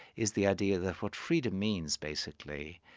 is the idea that what freedom means basically,